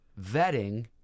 vetting